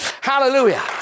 Hallelujah